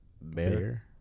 Bear